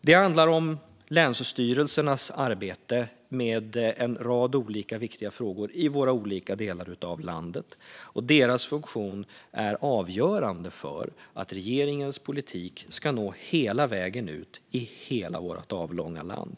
Det handlar även om länsstyrelsernas arbete med en rad viktiga frågor i olika delar av landet. Deras funktion är avgörande för att regeringens politik ska nå hela vägen ut i hela vårt avlånga land.